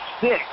six